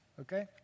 Okay